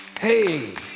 Hey